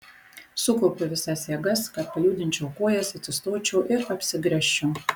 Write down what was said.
sukaupiu visas jėgas kad pajudinčiau kojas atsistočiau ir apsigręžčiau